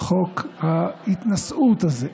חוק ההתנשאות הזה.